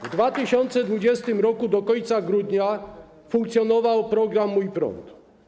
W 2020 r. do końca grudnia funkcjonował program „Mój prąd”